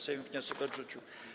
Sejm wniosek odrzucił.